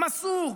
מסור,